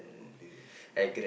okay